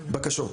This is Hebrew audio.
בקשות.